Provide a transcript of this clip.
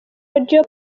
audio